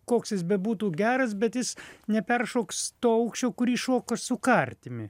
koks jis bebūtų geras bet jis neperšoks to aukščio kurį šoka su kartimi